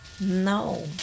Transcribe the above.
No